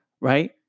right